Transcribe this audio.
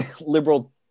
liberal